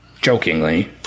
Jokingly